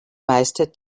meister